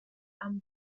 albwm